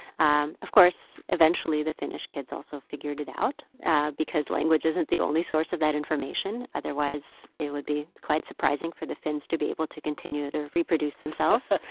um of course, eventually, the finnish kids also figured it out because language isn't the only source of that information, otherwise it would be quite surprising for the finns to be able to continue to reproduce themselves.